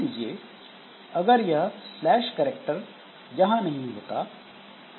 मान लीजिए अगर यह स्लैश करैक्टर यहां नहीं होता तो क्या होता